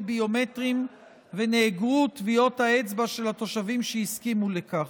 ביומטריים ונאגרו טביעות אצבע של תושבים שהסכימו לכך.